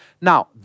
Now